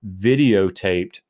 videotaped